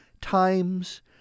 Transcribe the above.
Times